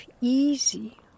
easy